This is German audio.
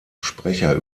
sprecher